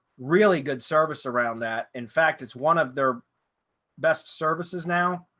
really good service around that, in fact, it's one of their best services now,